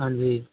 हाँ जी